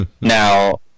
now